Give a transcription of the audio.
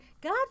God